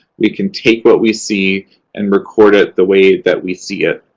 we can take what we see and record it the way that we see it.